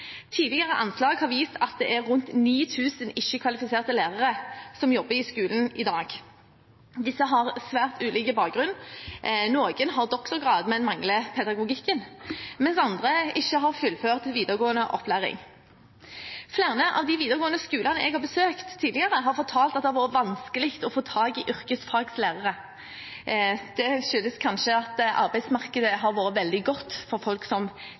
Tidligere anslag har vist at det er rundt 9 000 ikke-kvalifiserte lærere som jobber i skolen i dag. Disse har svært ulik bakgrunn. Noen har doktorgrad, men mangler pedagogikk, mens andre ikke har fullført videregående opplæring. Flere av de videregående skolene jeg har besøkt tidligere, har fortalt at det har vært vanskelig å få tak i yrkesfaglærere. Det skyldes kanskje at arbeidsmarkedet har vært veldig godt for folk som